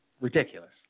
Ridiculous